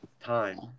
Time